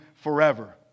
forever